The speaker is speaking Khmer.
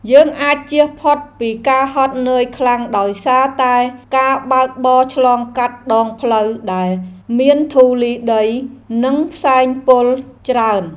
យើងអាចជៀសផុតពីការហត់នឿយខ្លាំងដោយសារតែការបើកបរឆ្លងកាត់ដងផ្លូវដែលមានធូលីដី និងផ្សែងពុលច្រើន។